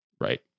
Right